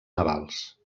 navals